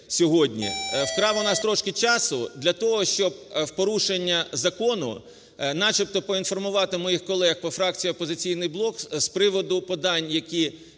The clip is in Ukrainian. вкрав у нас трошки часу для того, щоб в порушення закону начебто поінформувати моїх колег по фракції "Опозиційний блок" з приводу подань, які